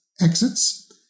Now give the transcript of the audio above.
exits